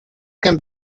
can